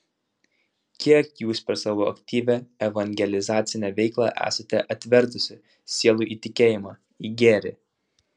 kiek jūs per savo aktyvią evangelizacinę veiklą esate atvertusi sielų į tikėjimą į gėrį